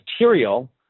material